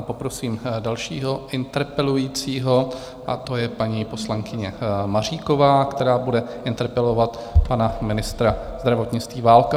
Poprosím dalšího interpelujícího, a to je paní poslankyně Maříková, která bude interpelovat pana ministra zdravotnictví Válka.